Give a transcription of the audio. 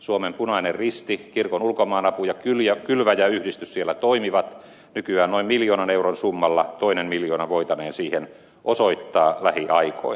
suomen punainen risti kirkon ulkomaanapu ja kylväjä yhdistys siellä toimivat nykyään noin miljoonan euron summalla toinen miljoona voitaneen siihen osoittaa lähiaikoina